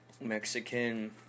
Mexican